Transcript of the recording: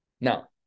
Now